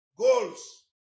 Goals